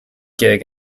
gig